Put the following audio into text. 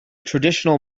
traditional